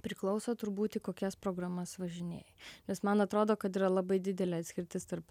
priklauso turbūt į kokias programas važinėji nes man atrodo kad yra labai didelė atskirtis tarp